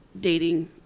dating